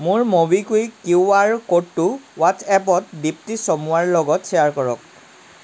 মোৰ MobiKwik QR ক'ডটো হোৱাট্ছএপত দীপ্তি চামুৱাৰ লগত শ্বেয়াৰ কৰক